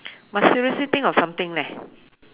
must seriously think of something leh